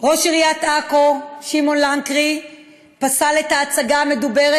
ראש עיריית עכו שמעון לנקרי פסל את ההצגה המדוברת